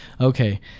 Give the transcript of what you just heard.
Okay